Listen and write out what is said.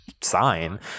sign